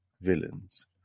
villains